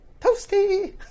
Toasty